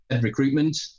recruitment